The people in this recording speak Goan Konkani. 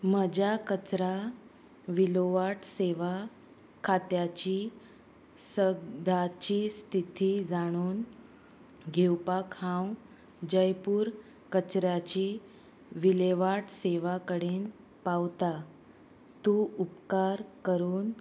म्हज्या कचरा विलोवाट सेवा खात्याची सदाची स्थिती जाणून घेवपाक हांव जयपूर कचऱ्याची विलेवाट सेवा कडेन पावता तूं उपकार करून